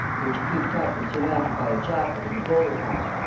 which, heaped up and surmounted by a jacket and a bowler hat,